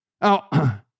Now